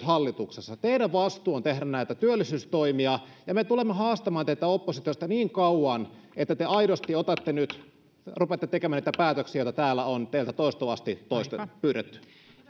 hallituksessa teidän vastuullanne on tehdä näitä työllisyystoimia ja me tulemme haastamaan teitä oppositiosta niin kauan että te aidosti rupeatte tekemään niitä päätöksiä joita täällä on teiltä toistuvasti toistuvasti pyydetty